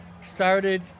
started